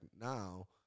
now